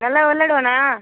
நல்லா விளாடுவானா